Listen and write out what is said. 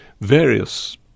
Various